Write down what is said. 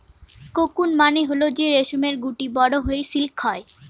cocoon মানে হল যে রেশমের গুটি বড়ো হয়ে সিল্ক হয়